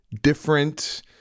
different